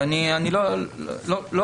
ואני לא אכחד,